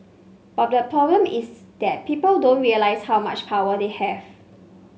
but the problem is that people don't realise how much power they have